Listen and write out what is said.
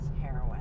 heroin